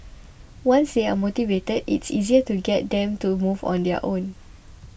once they are motivated it's easier to get them to move on their own